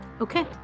Okay